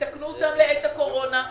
תקנו אותם לעת הקורונה.